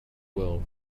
will